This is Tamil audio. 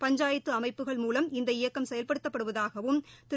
பஞ்சாயத்துஅமைப்புகள் மூலம் இந்த இயக்கம் செயல்படுத்தபடுவதாகவும் திரு